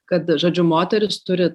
kad žodžiu moteris turi